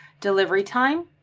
delivery time,